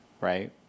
right